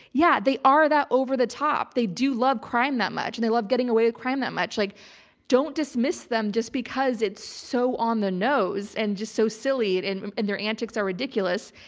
yeah, they are that over the top. they do love crime that much and they love getting away with crime that much. like don't dismiss them just because it's so on the nose and just so silly and and and their antics are ridiculous.